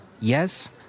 Yes